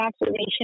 observation